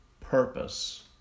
purpose